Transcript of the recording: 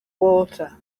water